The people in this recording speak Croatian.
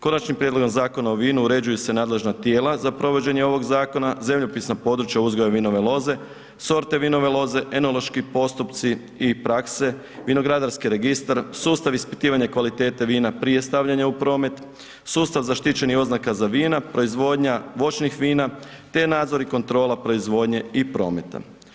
Konačnim prijedlogom Zakona o vinu uređuju se nadležna tijela za provođenje ovog zakona, zemljopisno područje o uzgoju vinove loze, sorte vinove loze, enološki postupci i prakse, vinogradarski registar, sustav ispitivanja kvalitete vina prije stavljanja u promet, sustav zaštićenih oznaka za vina, proizvodnja voćnih vina, te nadzor i kontrola proizvodnje i prometa.